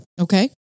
Okay